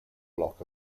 block